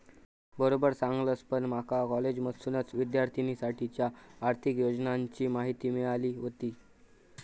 बरोबर सांगलस, पण माका कॉलेजमधसूनच विद्यार्थिनींसाठीच्या आर्थिक योजनांची माहिती मिळाली व्हती